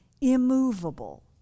immovable